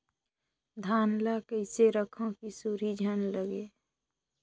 धान ल कइसे रखव कि सुरही झन लगे?